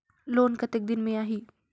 Loan कतेक दिन मे आही?